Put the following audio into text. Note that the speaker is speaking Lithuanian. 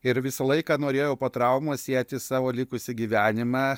ir visą laiką norėjau po traumos sieti savo likusį gyvenimą